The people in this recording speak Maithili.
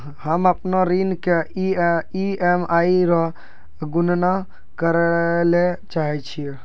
हम्म अपनो ऋण के ई.एम.आई रो गणना करैलै चाहै छियै